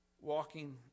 walking